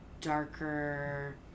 darker